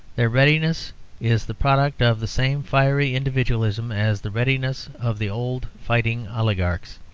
their readiness is the product of the same fiery individualism as the readiness of the old fighting oligarchs.